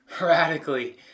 radically